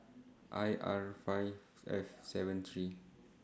I R five F seven three